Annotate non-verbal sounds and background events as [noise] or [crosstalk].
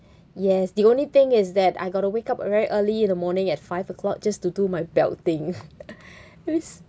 yes the only thing is that I got to wake up very early in the morning at five o'clock just to do my belt thing [laughs]